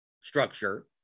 structure